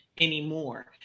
anymore